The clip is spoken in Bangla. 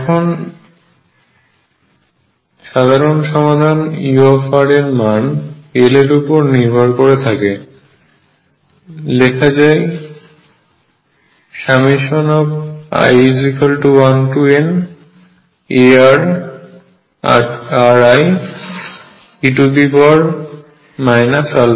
এখন সাধারণ সমাধান u এর মান l এর উপর নির্ভর করে যাকে লেখা যায় i1narrie αr